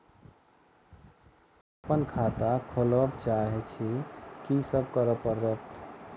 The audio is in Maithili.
हम अप्पन खाता खोलब चाहै छी की सब करऽ पड़त?